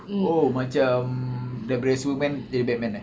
oh macam the brides woman jadi batman eh